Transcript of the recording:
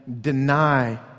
deny